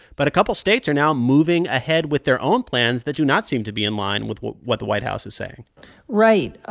but a couple of states are now moving ahead with their own plans that do not seem to be in line with what what the white house is saying right.